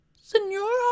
senora